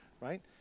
Right